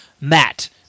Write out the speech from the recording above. Matt